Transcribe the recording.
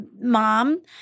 mom